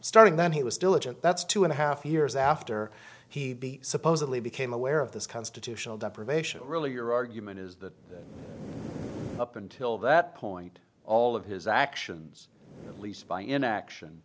starting then he was diligent that's two and a half years after he supposedly became aware of this constitutional deprivation really your argument is that up until that point all of his actions lisa by inaction